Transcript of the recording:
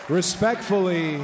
respectfully